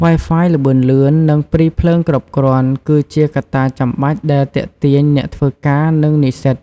Wi-Fi ល្បឿនលឿន និង ព្រីភ្លើងគ្រប់គ្រាន់ គឺជាកត្តាចាំបាច់ដែលទាក់ទាញអ្នកធ្វើការ និងនិស្សិត។